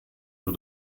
für